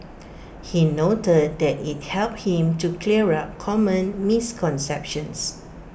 he noted that IT helped him to clear up common misconceptions